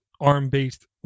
arm-based